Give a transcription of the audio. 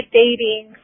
dating